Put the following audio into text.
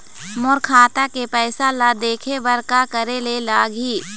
मोर खाता के पैसा ला देखे बर का करे ले लागही?